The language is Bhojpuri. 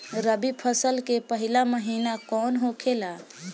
रबी फसल के पहिला महिना कौन होखे ला?